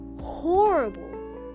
horrible